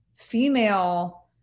female